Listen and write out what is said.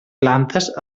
plantes